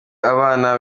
abana